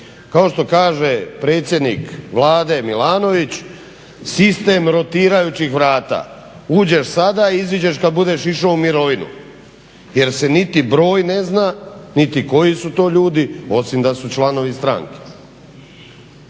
Kao što kaže predsjednik Vlade Milanović, sistem rotirajućih vrata. Uđeš sada, iziđeš kada budeš išao u mirovinu jer se niti broj ne zna, niti koji su to ljudi, osim da su članovi stranke.